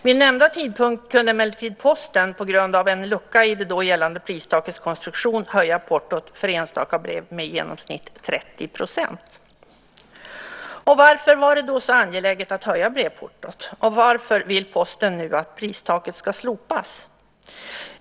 Vid nämnda tidpunkt kunde emellertid Posten på grund av en lucka i det då gällande pristakets konstruktion höja portot för enstaka brev med i genomsnitt 30 %. Varför var det då så angeläget att höja brevportot, och varför vill Posten nu att pristaket ska slopas?